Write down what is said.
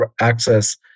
access